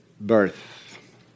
birth